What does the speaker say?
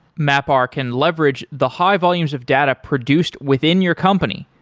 mapr can leverage the high volumes of data produced within your company.